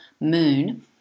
Moon